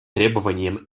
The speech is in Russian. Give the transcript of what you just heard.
требованиям